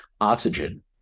oxygen